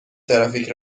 ترافیک